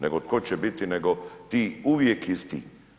Nego tko će biti nego ti uvijek isti.